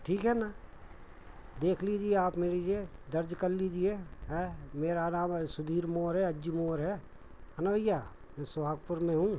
ठीक है ना देख लीजिए आप मेरी यह दर्ज कर लीजिए है मेरा नाम है सुधीर मोहरे अज्जू मोहरे है है ना भैया यह सोहागपुर में हूँ